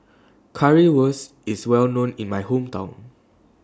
Currywurst IS Well known in My Hometown